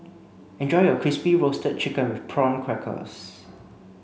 enjoy your crispy roasted chicken with prawn crackers